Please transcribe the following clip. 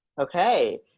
Okay